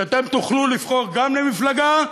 שאתם תוכלו לבחור גם למפלגה,